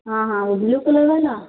हाँ हाँ वो ब्लू कलर वाला